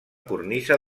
cornisa